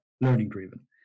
learning-driven